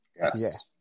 Yes